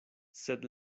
sed